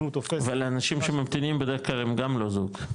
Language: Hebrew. אם תופס --- אבל אנשים שממתינים הם בדרך כלל גם לא זוג,